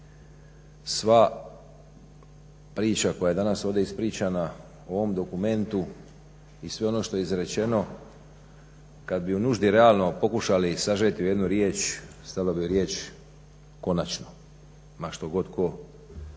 Sva priča koja je danas ovdje ispričana o ovom dokumentu i sve ono što je izrečeno kad bi u nuždi realno pokušali sažeti u jednu riječ stalo bi u riječ konačno, ma što god tko